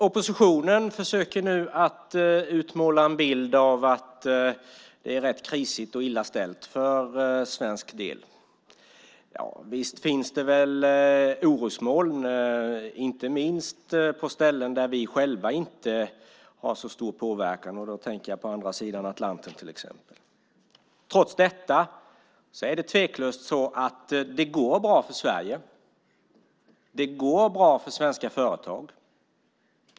Oppositionen försöker nu utmåla en bild av att det är rätt krisigt och illa ställt för svensk del. Ja, visst finns det väl orosmoln, inte minst på ställen där vi själva inte har så stor påverkan, och då tänker jag på andra sidan Atlanten, till exempel. Trots detta är det tveklöst så att det går bra för Sverige. Det går bra för svenska företag.